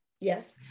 yes